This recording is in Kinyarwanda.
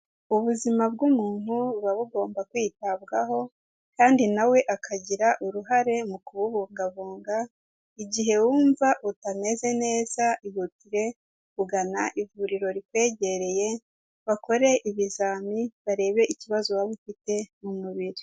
Ubuzima bw'umuntu buba bugomba kwitabwaho, kandi nawe akagira uruhare mu kububungabunga, igihe wumva utameze neza, ihutire kugana ivuriro rikwegereye, bakore ibizami, barebe ikibazo waba ufite mu mubiri.